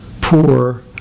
poor